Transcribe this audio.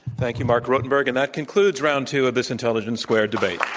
thank you, marc rotenberg. and that concludes round two of this intelligence squared debate.